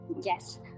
Yes